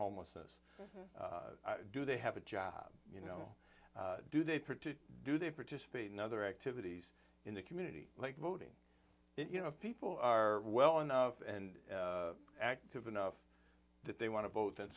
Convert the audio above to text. homelessness do they have a job you know do they do they participate in other activities in the community like voting you know people are well enough and active enough that they want to vote that